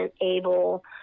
able